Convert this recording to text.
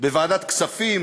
בוועדת כספים